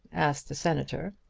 asked the senator.